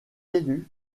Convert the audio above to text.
élu